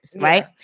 right